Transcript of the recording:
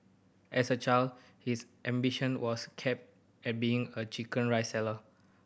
as a child his ambition was capped at being a chicken rice seller